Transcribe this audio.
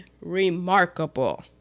remarkable